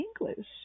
English